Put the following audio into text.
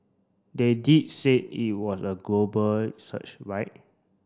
they did say it was a global search right